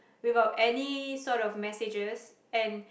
without any sort of messages and